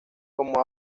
como